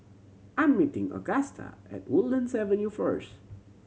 I'm meeting Augusta at Woodlands Avenue first